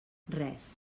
res